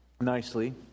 Nicely